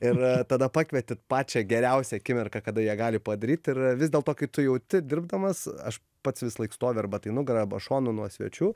ir tada pakvieti pačią geriausią akimirką kada jie gali padaryt ir vis dėlto kai tu jauti dirbdamas aš pats visąlaik stovi arba tai nugara arba šonu nuo svečių